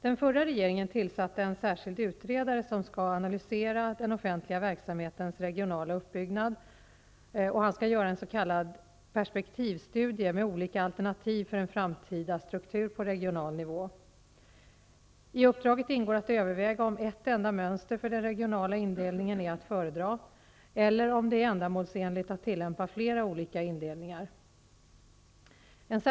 Den förra regeringen tillsatte en särskild utredare som skall analysera den offentliga verksamhetens regionala uppbyggnad och göra en s.k. perspektivstudie med olika alternativ för en framtida struktur på regional nivå. I uppdraget ingår att överväga om ett enda mönster för den regionala indelningen är att föredra eller om det är ändamålsenligt att tillämpa flera olika indelningar.